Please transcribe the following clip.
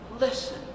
listen